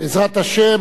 בעזרת השם,